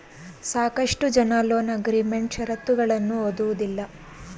ಸಾಕಷ್ಟು ಜನ loan agreement ಶರತ್ತುಗಳನ್ನು ಓದುವುದಿಲ್ಲ